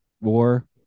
war